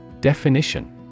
Definition